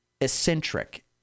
eccentric